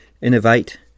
innovate